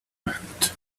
meant